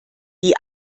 die